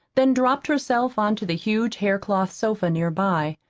then dropped herself on to the huge haircloth sofa near by.